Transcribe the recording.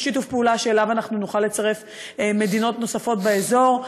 שיתוף פעולה שאליו אנחנו נוכל לצרף מדינות נוספות באזור.